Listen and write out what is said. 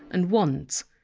and wands.